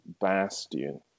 bastion